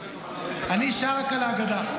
אני שעה רק על ההגדה.